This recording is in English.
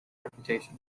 reputation